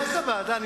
אני יודע שאתה בעדה.